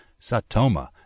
Satoma